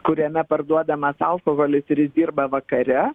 kuriame parduodamas alkoholis ir jis dirba vakare